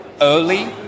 early